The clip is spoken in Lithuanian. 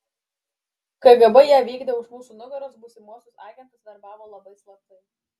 kgb ją vykdė už mūsų nugaros būsimuosius agentus verbavo labai slaptai